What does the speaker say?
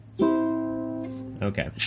Okay